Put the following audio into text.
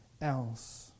else